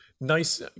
nice